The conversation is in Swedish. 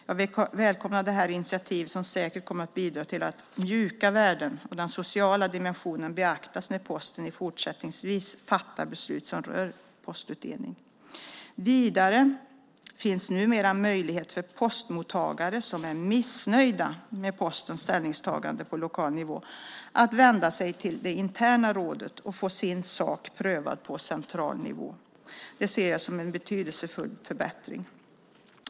Jag välkomnar det här initiativet som säkert kommer att bidra till att "mjuka värden" och den sociala dimensionen beaktas när Posten fortsättningsvis fattar beslut som rör postutdelning. Vidare finns numera möjlighet för postmottagare som är missnöjda med Postens ställningstagande på lokal nivå att vända sig till det interna rådet och få sin sak prövad på central nivå. Det ser jag som en betydelsefull förbättring.